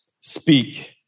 speak